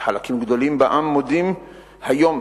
שחלקים גדולים בעם מודים היום